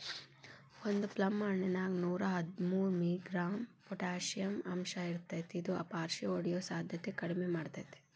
ಒಂದು ಪ್ಲಮ್ ಹಣ್ಣಿನ್ಯಾಗ ನೂರಾಹದ್ಮೂರು ಮಿ.ಗ್ರಾಂ ಪೊಟಾಷಿಯಂ ಅಂಶಇರ್ತೇತಿ ಇದು ಪಾರ್ಷಿಹೊಡಿಯೋ ಸಾಧ್ಯತೆನ ಕಡಿಮಿ ಮಾಡ್ತೆತಿ